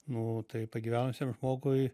nu tai pagyvenusiam žmogui